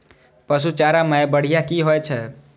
पशु चारा मैं बढ़िया की होय छै?